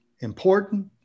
important